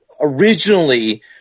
originally